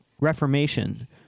Reformation